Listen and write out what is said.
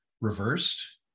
reversed